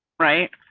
right.